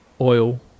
oil